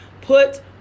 put